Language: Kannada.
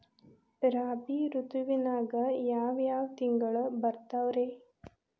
ರಾಬಿ ಋತುವಿನಾಗ ಯಾವ್ ಯಾವ್ ತಿಂಗಳು ಬರ್ತಾವ್ ರೇ?